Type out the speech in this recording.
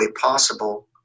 possible